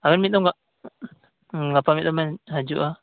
ᱟᱵᱮᱱ ᱢᱤᱫ ᱫᱚᱢ ᱜᱟᱯᱟ ᱢᱤᱫ ᱫᱚᱢ ᱵᱮᱱ ᱦᱟᱹᱡᱩᱜᱼᱟ